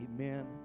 Amen